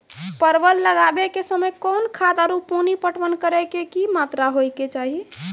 परवल लगाबै के समय कौन खाद आरु पानी पटवन करै के कि मात्रा होय केचाही?